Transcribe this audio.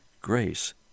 grace